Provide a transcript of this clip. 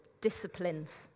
disciplines